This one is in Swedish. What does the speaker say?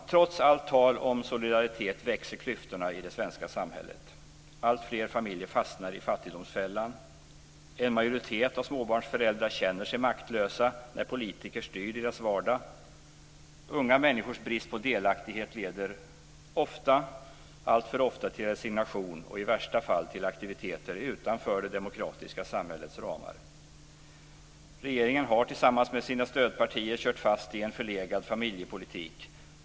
Trots allt tal om solidaritet växer klyftorna i det svenska samhället. Alltfler familjer fastnar i fattigdomsfällan. En majoritet av småbarnsföräldrar känner sig maktlösa när politiker styr deras vardag. Unga människors brist på delaktighet leder ofta - alltför ofta - till resignation och i värsta fall till aktiviteter utanför det demokratiska samhällets ramar. Regeringen har, tillsammans med sina stödpartier, kört fast i en förlegad familjepolitik.